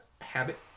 habit